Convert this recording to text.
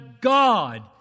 God